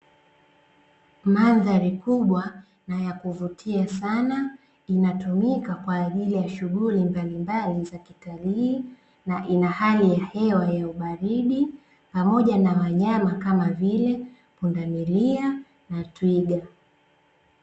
Maandhali kubwa na ya kuvutia sana, inatumika kwa ajili ya shughuli mbalimbali za kitalii, na ina hali ya hewa ya baridi, pamoja na wanyama kama vile pundamilia na twiga.